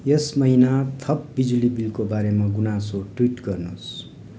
यस महिना थप बिजुली बिलको बारेमा गुनासो ट्विट गर्नुहोस्